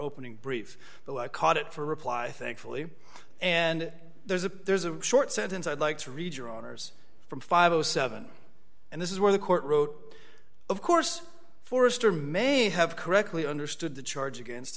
opening brief but i caught it for reply thankfully and there's a there's a short sentence i'd like to read your owners from five o seven and this is where the court wrote of course forrester may have correctly understood the charge against